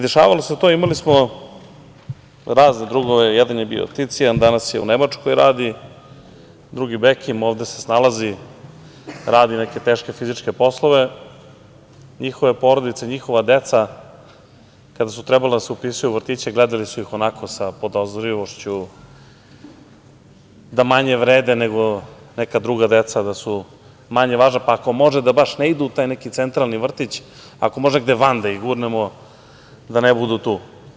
Dešavalo se to, imali smo razne drugove, jedan je bio Ticijan, danas u Nemačkoj radi, drugi Bekim, ovde se snalazi, radi neke teške fizičke poslove, njihove porodice, njihova deca kada su trebala da se upisuju u vrtiće gledali su ih onako sa podozrivošću da manje vrede nego neka druga deca, da su manje važna, pa ako može da baš ne idu u taj neki centralni vrtić, ako može negde van da ih gurnemo da ne budu tu.